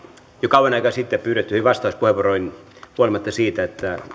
kauan aikaa sitten pyydettyihin vastauspuheenvuoroihin huolimatta siitä että